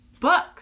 books